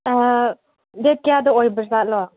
ꯑꯥ date ꯀꯌꯥꯗ ꯑꯣꯏꯕ ꯖꯥꯠꯂꯣ